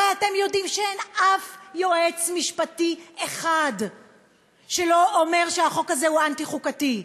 הרי אתם יודעים שאין יועץ משפטי אחד שלא אומר שהחוק הזה הוא אנטי-חוקתי,